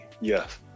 Yes